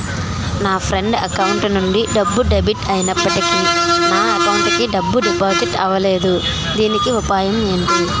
నా friend account నుండి డబ్బు డెబిట్ అయినప్పటికీ నా అకౌంట్ కి డబ్బు డిపాజిట్ అవ్వలేదుదీనికి ఉపాయం ఎంటి?